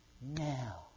Now